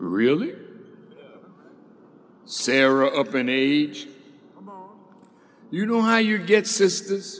really sarah up in age you know how you get sister